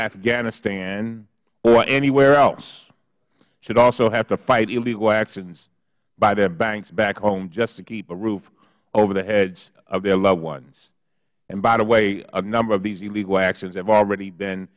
afghanistan or anywhere else should also have to fight illegal actions by their banks back home just to keep a roof over the heads of their loved ones and by the way a number of these illegal actions have already been